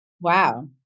Wow